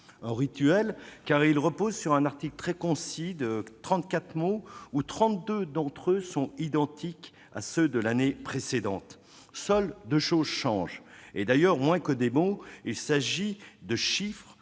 un rituel, car il repose sur un article très concis de trente-quatre mots, dont trente-deux sont identiques à ceux de l'année précédente. Seules deux choses changent ; d'ailleurs, moins que de mots, il s'agit de chiffres,